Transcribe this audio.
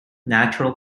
natural